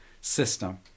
system